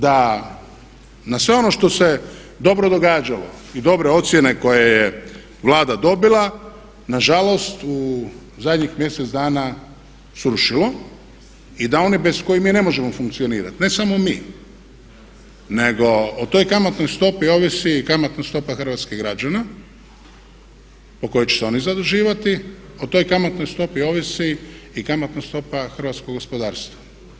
Da na sve ono što se dobro događalo i dobre ocjene koje je Vlada dobila nažalost u zadnjih mjesec dana srušili i da oni bez kojih mi ne možemo funkcionirati, ne samo mi nego o toj kamatnoj stopi ovisi i kamatna stopa hrvatskih građana po kojoj će se oni zaduživati, o toj kamatnoj stopi ovisi i kamatna stopa hrvatskog gospodarstva.